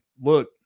look